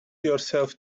yourself